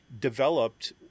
developed